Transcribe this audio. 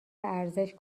ارزش